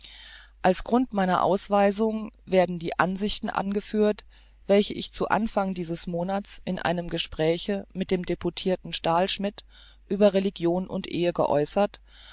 als grund meiner ausweisung werden die ansichten angeführt welche ich zu anfang dieses monats in einem gespräche mit dem deputirten stahlschmidt über religion und ehe geäußert